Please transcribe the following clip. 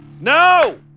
No